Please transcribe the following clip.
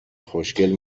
خوشگل